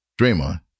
Draymond